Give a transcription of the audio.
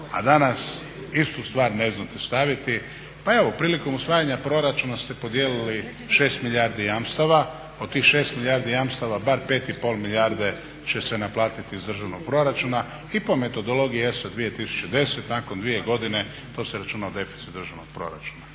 a danas istu star ne znate staviti. Pa evo prilikom usvajanja proračuna ste podijelili 6 milijardi jamstava, od 6 milijardi jamstava bar 5,5 milijarde će se naplatiti iz državnog proračuna i po metodologiji ESA 2010 nakon dvije godine to se računa u deficit državnog proračuna.